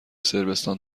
صربستان